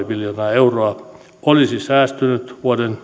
miljoonaa euroa olisi säästynyt vuoden